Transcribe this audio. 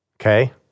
Okay